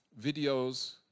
videos